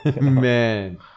Man